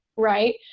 Right